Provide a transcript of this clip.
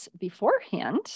beforehand